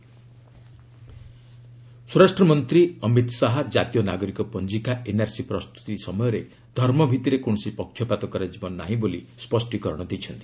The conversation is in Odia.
ଆର୍ଏସ୍ ଅମିତ୍ ଶାହା ଏନ୍ଆର୍ସି ସ୍ୱରାଷ୍ଟ୍ର ମନ୍ତ୍ରୀ ଅମିତ୍ ଶାହା ଜାତୀୟ ନାଗରିକ ପଞ୍ଜିକା ଏନ୍ଆର୍ସି ପ୍ରସ୍ତୁତ ସମୟରେ ଧର୍ମଭିଭିରେ କୌଣସି ପକ୍ଷପାତ କରାଯିବ ନାହିଁ ବୋଲି ସ୍ୱଷ୍ଟୀକରଣ ଦେଇଛନ୍ତି